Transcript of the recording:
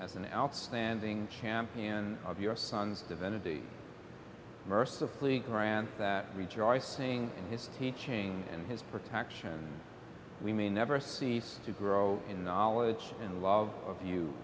as an al standing champion of your son's divinity mercifully grant that rejoicing in his teaching and his protection we may never see to grow in knowledge and love